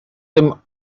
them